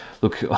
Look